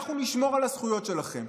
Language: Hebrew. אנחנו נשמור על הזכויות שלכם.